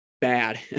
bad